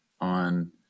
on